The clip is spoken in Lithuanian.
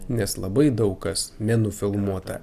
nes labai daug kas nenufilmuota